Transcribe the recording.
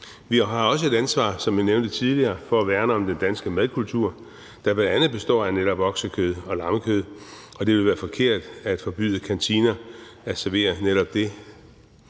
Vi har også et ansvar, som jeg nævnte tidligere, for at værne om den danske madkultur, der bl.a. består af netop oksekød og lammekød, og det vil være forkert at forbyde kantiner at servere netop